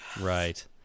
Right